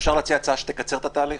אפשר להציע הצעה שתקצר את התהליך?